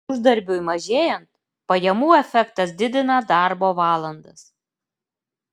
uždarbiui mažėjant pajamų efektas didina darbo valandas